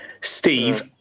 Steve